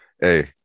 hey